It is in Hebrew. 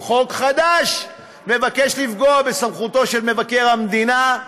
עם חוק חדש, מבקש לפגוע בסמכותו של מבקר המדינה,